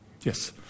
Yes